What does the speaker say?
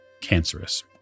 cancerous